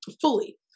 fully